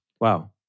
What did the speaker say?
wow